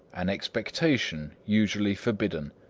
an expectation, usually forbidden.